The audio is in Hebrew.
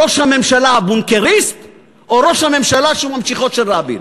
ראש הממשלה הבונקריסט או ראש הממשלה שהוא ממשיכו של רבין?